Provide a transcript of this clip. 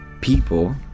people